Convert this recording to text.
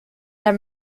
der